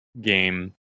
game